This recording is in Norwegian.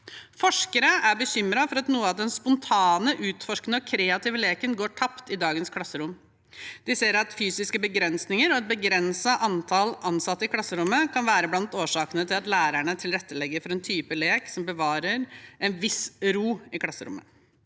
Forskere er bekymret for at noe av den spontane, utforskende og kreative leken går tapt i dagens klasserom. De ser at fysiske begrensninger og et begrenset antall ansatte i klasserommet kan være blant årsakene til at lærerne tilrettelegger for en type lek som bevarer en viss ro i klasserommet.